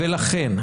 ולכן,